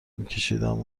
میکشیدم